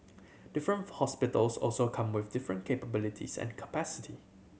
different hospitals also come with different capabilities and capacity